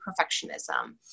perfectionism